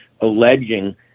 alleging